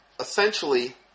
Essentially